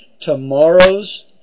tomorrow's